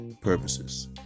purposes